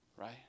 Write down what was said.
Right